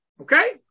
Okay